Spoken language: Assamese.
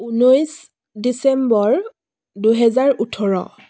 ঊনৈছ ডিচেম্বৰ দুহেজাৰ ওঠৰ